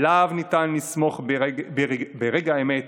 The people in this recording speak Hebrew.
עליו ניתן לסמוך ברגע האמת